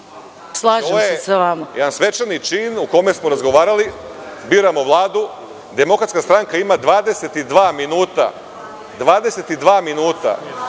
Jedan svečani čin o kome smo razgovarali, biramo Vladu. Demokratska stranka ima 22 minuta da